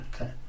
Okay